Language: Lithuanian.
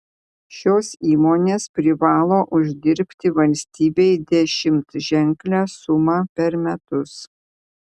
šios įmonės privalo uždirbti valstybei dešimtženklę sumą per metus